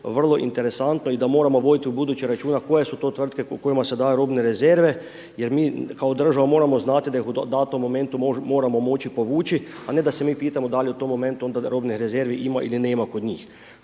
vrlo interesantno i da moramo voditi ubuduće računa koje su to tvrtke kojima se daju robne rezerve, jer mi kao državama moramo znati da ih u datom momentu moramo moći povući, a ne da se mi pitamo da li u tom momentu onda robnih rezervi ima ili nema kod njih.